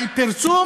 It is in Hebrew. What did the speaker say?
על פרסום